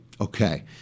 okay